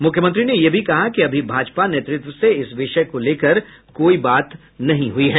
मुख्यमंत्री ने यह भी कहा कि अभी भाजपा नेतृत्व से इस विषय को लेकर कोई बात नहीं हुई है